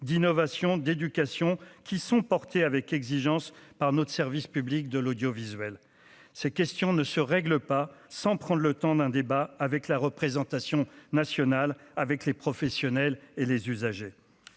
d'innovation, d'éducation, qui sont portés avec exigence par notre service public de l'audiovisuel, ces questions ne se règle pas sans prendre le temps d'un débat avec la représentation nationale avec les professionnels et les usagers,